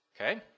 Okay